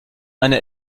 einer